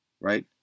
Right